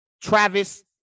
Travis